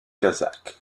kazakh